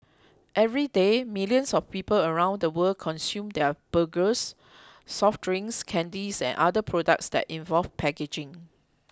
everyday millions of people around the world consume their burgers soft drinks candies and other products that involve packaging